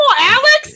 Alex